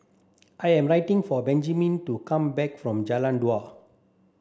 I am waiting for Benjman to come back from Jalan Dua